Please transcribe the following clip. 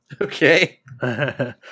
Okay